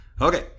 Okay